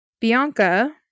Bianca